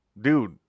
Dude